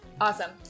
Awesome